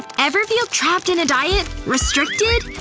ever feel trapped in a diet? restricted?